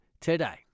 today